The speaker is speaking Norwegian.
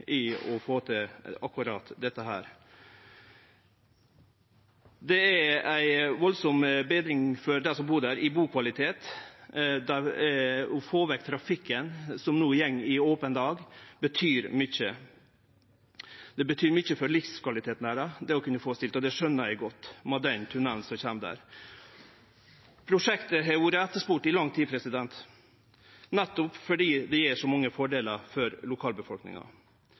bak å få til dette. Det er ei svært stor betring i bukvaliteten for dei som bur der. Å få vekk trafikken som no går opent forbi, betyr mykje. Det betyr mykje for livskvaliteten deira å få vekk støyen frå trafikken, med den tunnellen som kjem der, og det skjønar eg godt. Prosjektet har vore etterspurt i lang tid, nettopp fordi det gjev så mange fordelar for lokalbefolkninga.